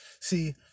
See